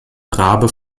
rabe